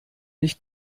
nicht